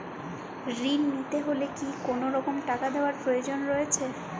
ঋণ নিতে হলে কি কোনরকম টাকা দেওয়ার প্রয়োজন রয়েছে?